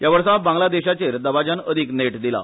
या वर्सा बांगलादेशाचेर दबाज्यान अदीक नेट दिला